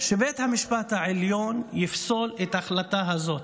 שבית המשפט העליון יפסול את ההחלטה הזאת.